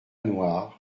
noirs